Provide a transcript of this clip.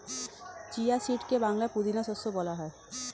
chia সিডকে বাংলায় পুদিনা শস্য বলা হয়